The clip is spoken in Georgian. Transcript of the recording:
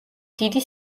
დიდი